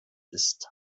ist